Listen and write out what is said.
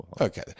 Okay